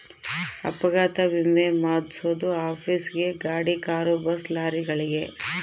ಅಪಘಾತ ವಿಮೆ ಮಾದ್ಸೊದು ಆಫೀಸ್ ಗೇ ಗಾಡಿ ಕಾರು ಬಸ್ ಲಾರಿಗಳಿಗೆ